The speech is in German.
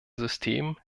systemen